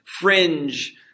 fringe